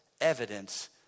Evidence